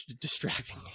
distracting